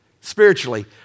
spiritually